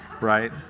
right